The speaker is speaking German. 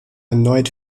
erneut